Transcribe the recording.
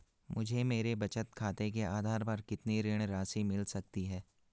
मुझे मेरे बचत खाते के आधार पर कितनी ऋण राशि मिल सकती है?